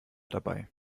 dabei